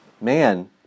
man